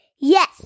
Yes